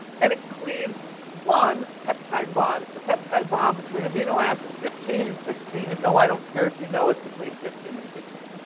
and it cleaves one peptide bond. it's the peptide bond between amino acid fifteen and sixteen. and no, i don't care if you know it's between fifteen and sixteen.